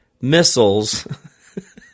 missiles